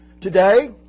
Today